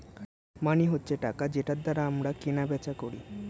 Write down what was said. মানি হচ্ছে টাকা যেটার দ্বারা আমরা কেনা বেচা করি